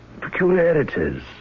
peculiarities